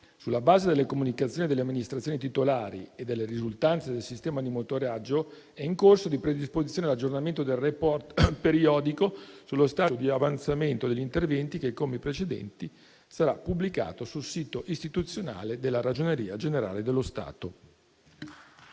sulla base delle comunicazioni delle amministrazioni titolari e delle risultanze del sistema di monitoraggio, è in corso di predisposizione l'aggiornamento del *report* periodico sullo stato di avanzamento degli interventi che, come i precedenti, sarà pubblicato sul sito istituzionale della Ragioneria generale dello Stato.